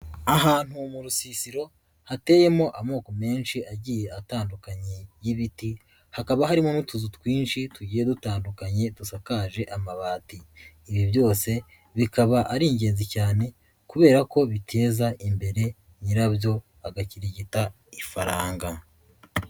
Ahantu mu rusisiro hateyemo amoko menshi agiye atandukanye y'ibiti, hakaba harimo n'utuzu twinshi tugiye dutandukanye dusakaje amabati, ibi byose bikaba ari ingenzi cyane kubera ko biteza imbere nyirabyo agakirigita ifaranga.